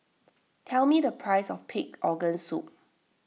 tell me the price of Pig's Organ Soup